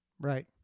Right